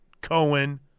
Cohen –